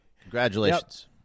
Congratulations